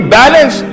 balance